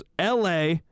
LA